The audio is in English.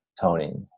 toning